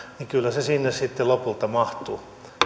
niin kyllä se sinne sitten lopulta mahtuu